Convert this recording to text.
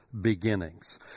beginnings